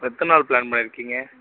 இப்போ எத்தனை நாள் ப்ளான் பண்ணியிருக்கீங்க